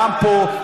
גם פה,